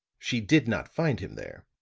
she did not find him there.